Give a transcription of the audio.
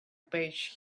page